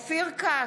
בעד אופיר כץ,